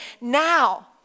now